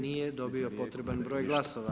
Nije dobio potreban broj glasova.